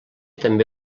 també